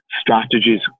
strategies